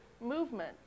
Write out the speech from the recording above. movement